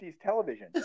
television